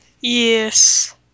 Yes